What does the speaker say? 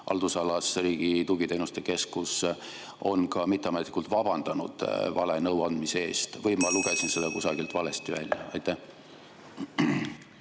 haldusalas, Riigi Tugiteenuste Keskus, on mitteametlikult vabandanud vale nõu andmise eest või ma lugesin seda kusagilt valesti välja. Hea